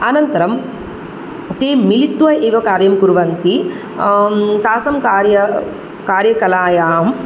अनन्तरं ते मिलित्वा एव कार्यं कुर्वन्ति तासां कार्य कार्यकलायाम्